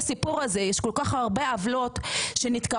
כשהבנו שיש איזו שהיא בעיה שהיא חונה בכמה